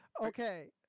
Okay